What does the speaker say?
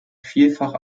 vielfach